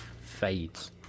fades